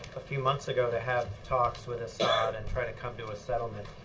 a few months ago to have talks with assad and try to come to a settlement.